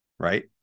Right